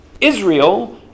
Israel